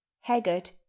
haggard